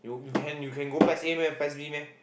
Can you can you can go P_E_S A meh P_E_S B meh